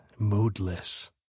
moodless